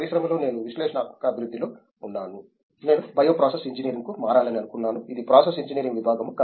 పరిశ్రమలో నేను విశ్లేషణాత్మక అభివృద్ధిలో ఉన్నాను నేను బయో ప్రాసెస్ ఇంజనీరింగ్కు మారాలని అనుకున్నాను ఇది ప్రాసెస్ ఇంజనీరింగ్ విభాగము